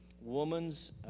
woman's